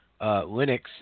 Linux